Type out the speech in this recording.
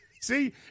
See